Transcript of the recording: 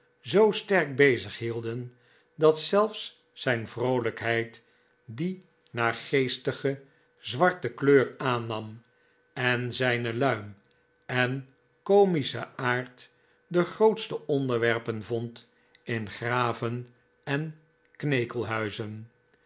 zoo sterk bezighielden dat zelfs zijn vroolijkheid die naargeestige zwarte kleur aannam en zijne luim en komischen aard de grootste onderwerpen vond in graven en